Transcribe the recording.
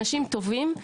אנשים טובים,